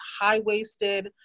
high-waisted